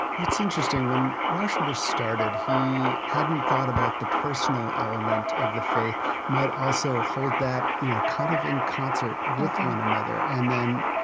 well, it's interesting. when rauschenbusch started, he hadn't thought about the personal element of the faith might also hold that, you know, kind of in concert with one another. and then,